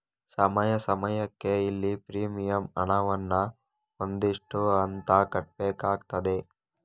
ಸಮಯ ಸಮಯಕ್ಕೆ ಇಲ್ಲಿ ಪ್ರೀಮಿಯಂ ಹಣವನ್ನ ಒಂದು ಇಷ್ಟು ಅಂತ ಕಟ್ಬೇಕಾಗ್ತದೆ